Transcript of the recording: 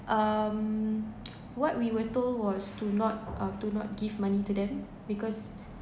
um what we were told was to not uh to not give money to them because